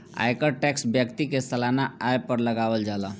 आयकर टैक्स व्यक्ति के सालाना आय पर लागावल जाला